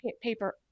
paper